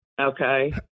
Okay